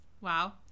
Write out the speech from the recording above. Wow